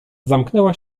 zamknęła